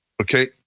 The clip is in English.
Okay